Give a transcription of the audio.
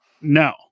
no